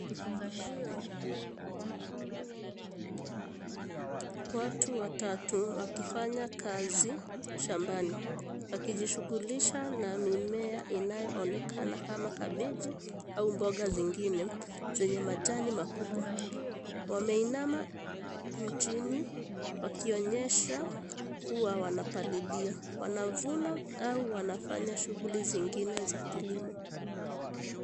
Watu watatu wakifanya kazi shambani, wakijishughulisha na mimea inayoonekana kama kabeji au mboga zingine zenye majani makubwa. Wameinama chini wakionyesha kuwa wanapalilia mavuno au wanafanya shughuli nyingine za kilimo.